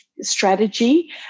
strategy